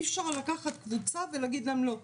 אי-אפשר לקחת קבוצה ולהגיד להם: לא,